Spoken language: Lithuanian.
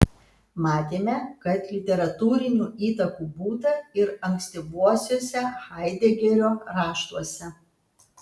matėme kad literatūrinių įtakų būta ir ankstyvuosiuose haidegerio raštuose